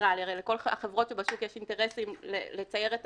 ניטרלי הרי לכל החברות בשוק יש אינטרסים לצייר את